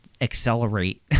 accelerate